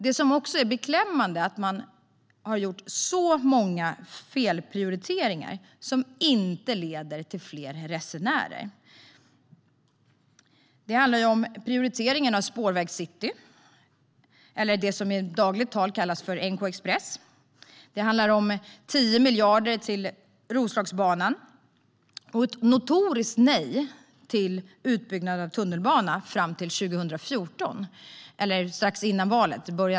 Det är också beklämmande att man har gjort många felprioriteringar, som inte leder till fler resenärer. Det handlar om prioriteringen av Spårväg City, eller det som i dagligt tal kallas NK Express. Det handlar om 10 miljarder till Roslagsbanan. Och det handlar om ett notoriskt nej, fram till 2014, till utbyggnad av tunnelbana - eller strax före valet.